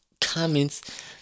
comments